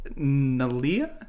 Nalia